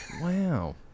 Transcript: Wow